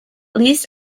least